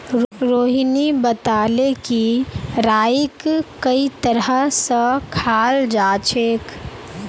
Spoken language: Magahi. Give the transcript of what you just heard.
रोहिणी बताले कि राईक कई तरह स खाल जाछेक